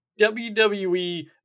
WWE